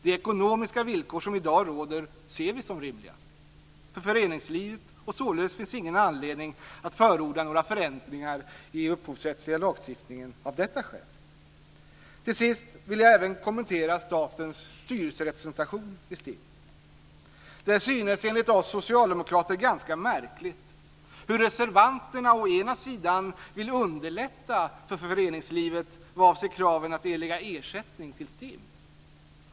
De ekonomiska villkor som i dag råder ser vi som rimliga för föreningslivet, och således finns det ingen anledning att förorda några förändringar i den upphovsrättsliga lagstiftningen av detta skäl. Till sist vill jag även kommentera statens styrelserepresentation i STIM. Det synes enligt oss socialdemokrater ganska märkligt hur reservanterna å ena sidan vill underlätta för föreningslivet vad avser kraven på att erlägga ersättning till STIM.